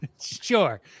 Sure